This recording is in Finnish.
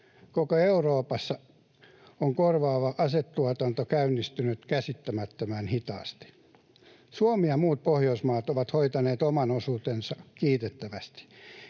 Koko Euroopassa on korvaava asetuotanto käynnistynyt käsittämättömän hitaasti. Suomi ja muut Pohjoismaat ovat hoitaneet oman osuutensa kiitettävästi,